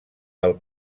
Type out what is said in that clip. del